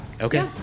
Okay